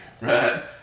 right